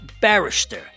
Barrister